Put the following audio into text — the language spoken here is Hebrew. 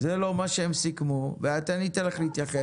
זה לא מה שהם סיכמו, אני אתן לך להתייחס.